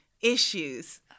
issues